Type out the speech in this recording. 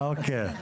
אוקיי.